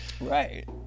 Right